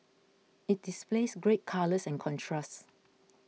it displays great colours and contrast